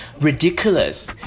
ridiculous